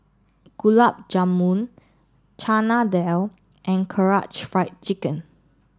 Gulab Jamun Chana Dal and Karaage Fried Chicken